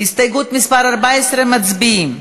הסתייגות מס' 14, מצביעים.